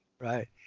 Right